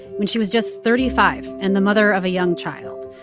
when she was just thirty five and the mother of a young child.